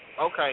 Okay